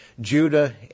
Judah